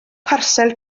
parsel